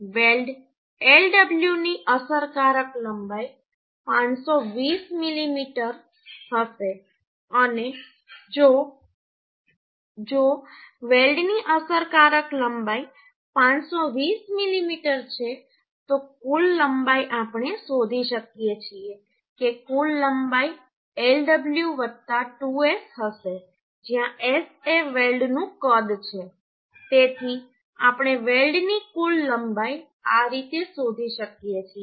weld Lw ની અસરકારક લંબાઈ 520 મીમી હશે અને જો વેલ્ડની અસરકારક લંબાઈ 520 મીમી છે તો કુલ લંબાઈ આપણે શોધી શકીએ છીએ કે કુલ લંબાઈ Lw 2S હશે જ્યાં S એ વેલ્ડનું કદ છે તેથી આપણે વેલ્ડની કુલ લંબાઈ આ રીતે શોધી શકીએ છીએ